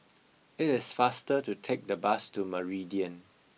it is faster to take the bus to Meridian